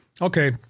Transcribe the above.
okay